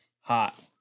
hot